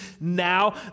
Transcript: now